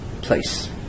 place